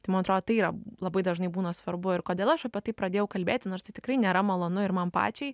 tai man atro tai yra labai dažnai būna svarbu ir kodėl aš apie tai pradėjau kalbėti nors tikrai nėra malonu ir man pačiai